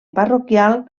parroquial